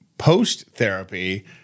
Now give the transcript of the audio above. Post-therapy